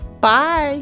Bye